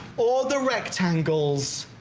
or the rectangles.